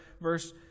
verse